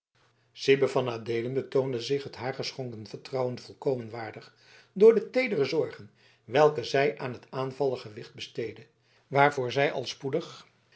sybe van adeelen betoonde zich het haar geschonken vertrouwen volkomen waardig door de teedere zorgen welke zij aan het aanvallige wicht besteedde waarvoor zij al spoedig